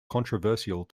controversial